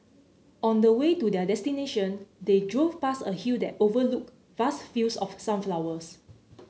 on the way to their destination they drove past a hill that overlooked vast fields of sunflowers